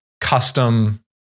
custom